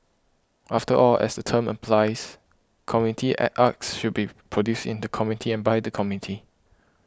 after all as the term implies community an arts should be produced in the community and by the community